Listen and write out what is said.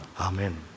Amen